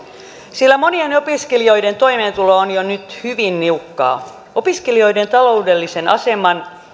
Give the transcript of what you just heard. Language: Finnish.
sillä monien opiskelijoiden toimeentulo on jo nyt hyvin niukkaa opiskelijoiden ta loudellisen aseman